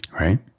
right